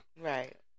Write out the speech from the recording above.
Right